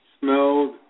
smelled